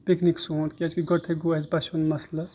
picnic سون کیازِ کہِ گۄدٕنٮ۪تھٕے گوٚو اَسہِ بَسہِ ہُنٛد مَسلہٕ